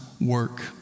work